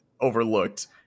overlooked